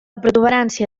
protuberància